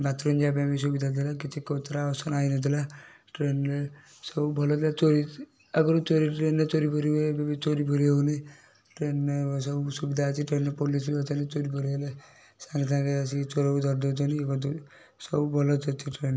bath room ଯିବା ପାଇଁ ବି ସୁବିଧା ଥିଲା କିଛି କେଉଁଥିରେ ଅସନା ହେଇନଥିଲା ଟ୍ରେନ୍ରେ ସବୁ ଭଲଥିଲା ଚୋରି ଆଗରୁ ଚୋରି ଟ୍ରେନ୍ରେ ଚୋରୀଫୋରି ହୁଏ ଏବେ ବି ଚୋରିଫୋରି ହେଉନି ଟ୍ରେନ୍ରେ ସବୁ ସୁବିଧା ଅଛି ଟ୍ରେନ୍ରେ ପୋଲିସ୍ ବି ଅଛନ୍ତି ଚୋରିଫୋରି ହେଲେ ସାଙ୍ଗେ ସାଙ୍ଗେ ଆସିକି ଚୋରକୁ ଧରିଦେଉଛନ୍ତି ୟେ କରିଦେଉ ସବୁ ଭଲ ଅଛି ଟ୍ରେନ୍ରେ